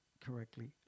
correctly